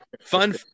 fun